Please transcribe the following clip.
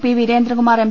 P Veerendrakumar M